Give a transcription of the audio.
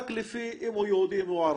רק לפי אם הוא יהודי, אם הוא ערבי,